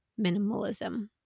minimalism